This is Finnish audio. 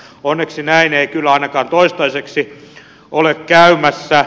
onneksi näin ei kyllä ainakaan toistaiseksi ole käymässä